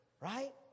Right